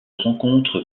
rencontre